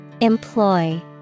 employ